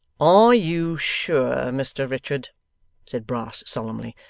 are you sure, mr richard said brass, solemnly,